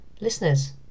listeners